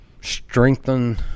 strengthen –